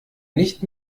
nicht